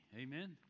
Amen